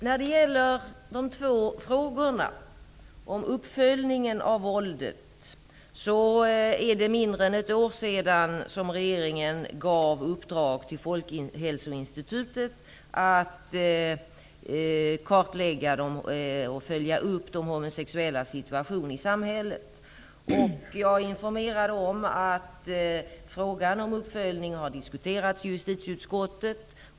När det gäller de två frågorna om uppföljningen av våldet kan jag säga att det är mindre än ett år sedan regeringen gav Folkhälsoinstitutet i uppdrag att kartlägga och följa upp de homosexuellas situation i samhället. Jag är informerad om att frågan om uppföljning har diskuterats i justitieutskottet.